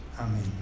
Amen